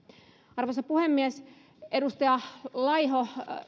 arvoisa puhemies edustaja laiho